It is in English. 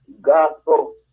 gospel